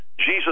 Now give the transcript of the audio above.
Jesus